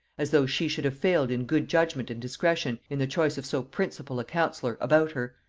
as though she should have failed in good judgement and discretion in the choice of so principal a councillor about her,